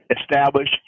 establish